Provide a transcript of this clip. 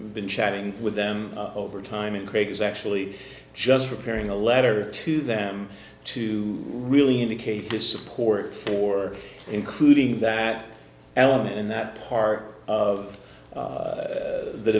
been chatting with them over time and craig's actually just preparing a letter to them to really indicate his support for including that element in that part of